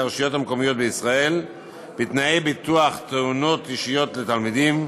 הרשויות המקומיות בישראל בתנאי ביטוח תאונות אישיות לתלמידים.